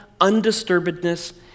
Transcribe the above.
undisturbedness